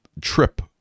trip